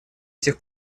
этих